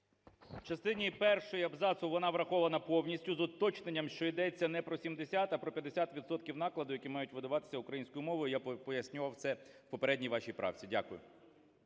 В частині першій абзацу вона врахована повністю з уточненням, що йдеться не про 70, а про 50 відсотків накладу, які мають видаватися українському мовою. Я пояснював це в попередній вашій правці. Дякую.